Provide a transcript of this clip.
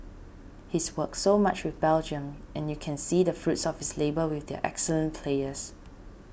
he's worked so much with Belgium and you can see the fruits of his labour with their excellent players